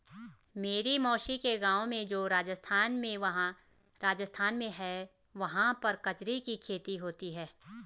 मेरी मौसी के गाँव में जो राजस्थान में है वहाँ पर कचरी की खेती होती है